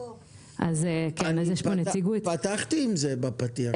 אני פתחתי עם זה בפתיח.